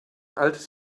altes